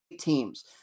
teams